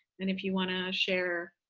and if you want to share,